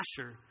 Asher